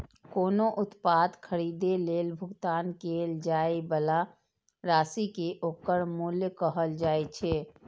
कोनो उत्पाद खरीदै लेल भुगतान कैल जाइ बला राशि कें ओकर मूल्य कहल जाइ छै